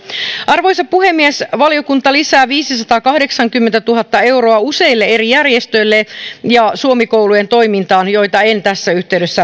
arvoisa puhemies valiokunta lisää viisisataakahdeksankymmentätuhatta euroa useille eri järjestöille muun muassa suomi kouluille joita en tässä yhteydessä lähde